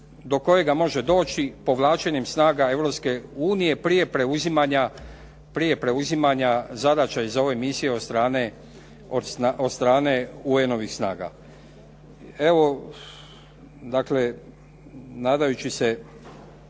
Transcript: do kojega može doći povlačenjem snaga Europske unije prije preuzimanja zadaća iz ove misije od strane UN-ovih snaga. Evo dakle, nadajući se